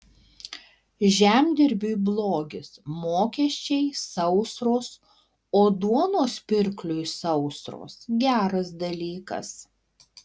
žemdirbiui blogis mokesčiai sausros o duonos pirkliui sausros geras dalykas